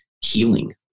healing